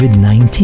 COVID-19